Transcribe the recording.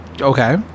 Okay